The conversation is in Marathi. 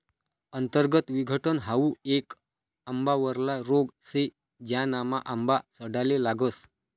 अंतर्गत विघटन हाउ येक आंबावरला रोग शे, ज्यानामा आंबा सडाले लागस